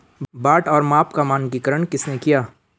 बाट और माप का मानकीकरण किसने किया?